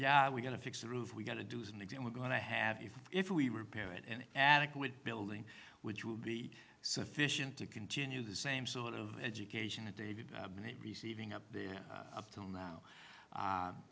yeah we got to fix the roof we got to do is an exam we're going to have if if we repair it and adequate building which will be sufficient to continue the same sort of education that david receiving up there up till now